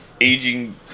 aging